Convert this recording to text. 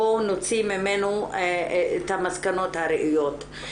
בואו נוציא ממנו את המסקנות הראויות.